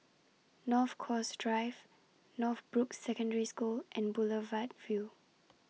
North Coast Drive Northbrooks Secondary School and Boulevard Vue